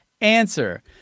Answer